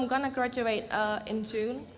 gonna graduate in june.